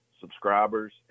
subscribers